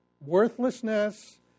Worthlessness